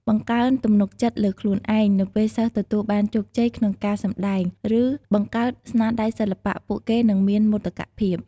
បង្កើនទំនុកចិត្តលើខ្លួនឯង នៅពេលសិស្សទទួលបានជោគជ័យក្នុងការសម្តែង ឬបង្កើតស្នាដៃសិល្បៈ ពួកគេនឹងមានមោទកភាព។